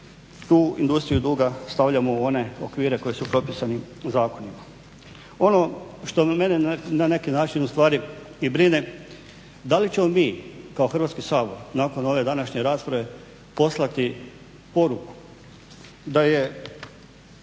tu industriju duga stavljamo u one okvire koji su propisani zakonima. Ono što mene na neki način ustvari i brine da li ćemo mi kao Hrvatski sabor nakon ove današnje rasprave poslati poruku da je